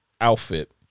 outfit